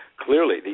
Clearly